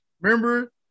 Remember